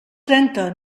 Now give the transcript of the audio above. trenta